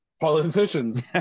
politicians